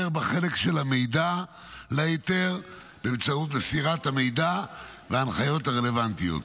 בחלק של המידע להיתר באמצעות מסירת המידע וההנחיות הרלוונטיות,